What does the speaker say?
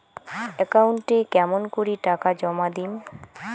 একাউন্টে কেমন করি টাকা জমা দিম?